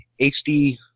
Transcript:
HD